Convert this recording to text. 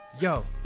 Yo